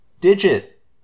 Digit